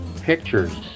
pictures